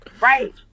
Right